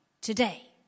Today